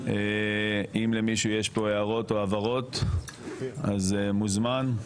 אם למישהו יש פה הערות או הבהרות אז מוזמן,